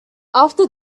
after